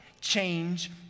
change